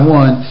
one